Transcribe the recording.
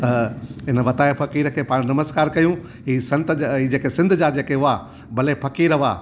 त हिन वताये फ़कीर खे पाण नमस्कार कयूं ई संत ज ई जेके सिंध जा जेके हुआ भले फ़कीर हुआ